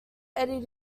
eddy